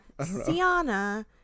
Sienna